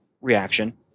reaction